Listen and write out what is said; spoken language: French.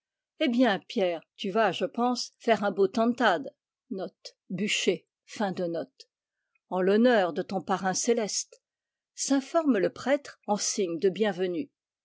eh bien pierre tu vas je pense faire un beau tantad en l'honneur de ton parrain céleste s'informe le prêtre en signe de bienvenue